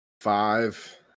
Five